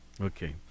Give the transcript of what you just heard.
Okay